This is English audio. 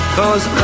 cause